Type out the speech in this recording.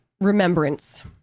remembrance